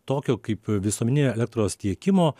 tokio kaip visuomeninio elektros tiekimo